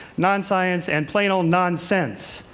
non-science, and plain old non-sense.